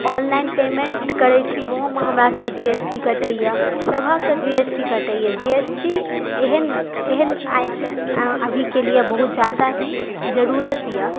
online payment करै छी ओहोमे हमरा सभके जीएसटी कटैया सभक जीएसटी कटैया जीएसटी एहन एहन अभीके लिए बहुत जादा ही जरुरत यऽ